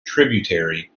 tributary